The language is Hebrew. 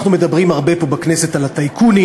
אנחנו מדברים הרבה פה בכנסת על הטייקונים,